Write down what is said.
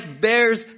bears